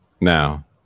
now